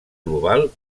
global